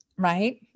right